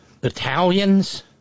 battalions